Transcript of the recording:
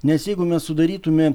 nes jeigu mes sudarytume